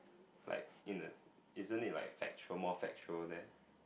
like in the isn't it like factual more factual there